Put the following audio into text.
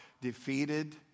defeated